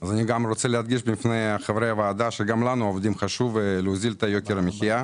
לנו חשוב להוזיל את יוקר המחייה,